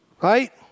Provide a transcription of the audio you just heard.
Right